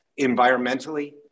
environmentally